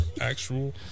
actual